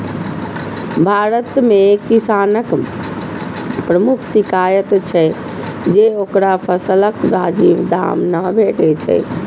भारत मे किसानक प्रमुख शिकाइत छै जे ओकरा फसलक वाजिब दाम नै भेटै छै